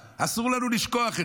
אסור לנו לשכוח את זה.